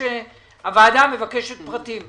הוועדה מבקשת פרטים.